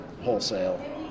wholesale